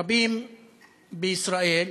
רבים בישראל,